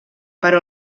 però